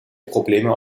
probleme